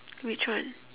which one